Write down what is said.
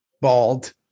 bald